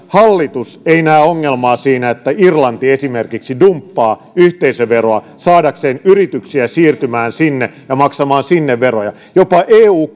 hallitus ei näe ongelmaa siinä että irlanti esimerkiksi dumppaa yhteisöveroa saadakseen yrityksiä siirtymään sinne ja maksamaan sinne veroja jopa eu